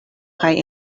kaj